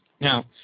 Now